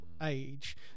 age